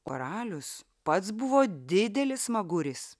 karalius pats buvo didelis smaguris